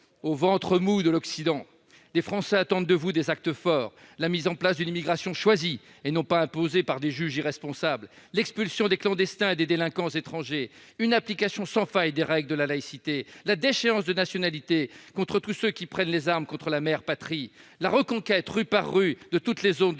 au ventre mou de l'Occident. Les Français attendent de vous des actes forts : la mise en place d'une immigration choisie, et non pas imposée par des juges irresponsables ; l'expulsion des clandestins et des délinquants étrangers ; une application sans faille des règles de la laïcité ; la déchéance de nationalité contre tous ceux qui prennent les armes contre la mère patrie ; la reconquête, rue par rue, de toutes les zones de